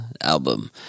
album